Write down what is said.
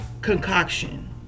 concoction